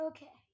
Okay